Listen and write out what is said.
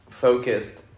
focused